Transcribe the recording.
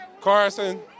Carson